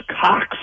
Cox